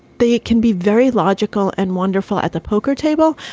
they can be very logical and wonderful at the poker table.